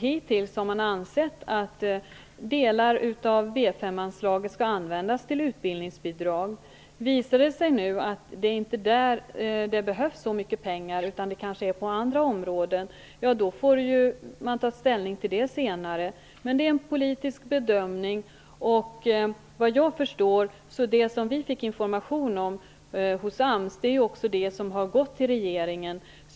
Hittills har man ansett att delar av B 5-anslaget skall användas till utbildningsbidrag. Visar det sig nu att det inte behövs så mycket pengar får man senare ta ställning till om det behövs pengar på andra områden. Men det är en politisk bedömning. Såvitt jag förstår av informationen på AMS har också den frågan överlämnats till regeringen.